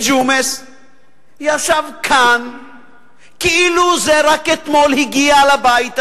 ג'ומס ישב כאן כאילו זה רק אתמול הגיע לבית הזה,